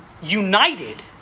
united